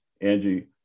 Angie